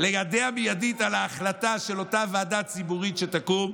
ליידע מיידית על ההחלטה של אותה ועדה ציבורית שתקום,